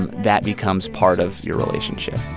and that becomes part of your relationship